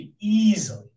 easily